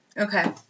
Okay